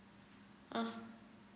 um